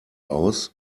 aus